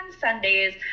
Sundays